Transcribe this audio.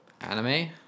anime